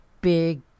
big